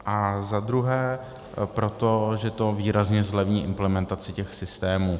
A za druhé proto, že to výrazně zlevní implementaci těch systémů.